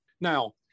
Now